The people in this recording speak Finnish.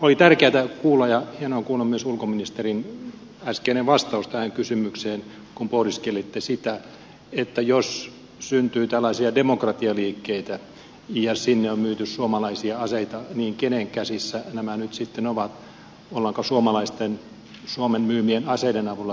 oli tärkeätä ja hienoa kuulla myös ulkoministerin äskeinen vastaus tähän kysymykseen kun pohdiskelitte sitä että jos syntyy tällaisia demokratialiikkeitä ja sinne on myyty suomalaisia aseita niin kenen käsissä nämä nyt sitten ovat ollaanko suomen myymien aseiden avulla tukahduttamassa demokratialiikettä